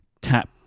tap